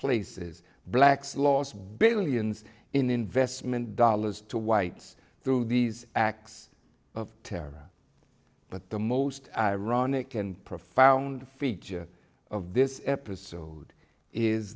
places blacks lost billions in investment dollars to whites through these acts of terror but the most ironic and profound feature of this episode is